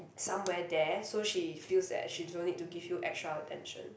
somewhere there so she feels that she don't need to give you extra attention